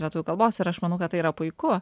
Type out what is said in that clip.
lietuvių kalbos ir aš manau kad tai yra puiku